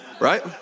Right